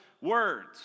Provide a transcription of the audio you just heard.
words